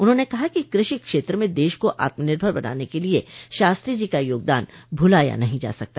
उन्होंने कहा कि कृषि क्षेत्र में देश को आत्मनिर्भर बनाने के लिये शास्त्री जी का योगदान भुलाया नहीं जा सकता